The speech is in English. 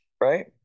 right